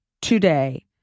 today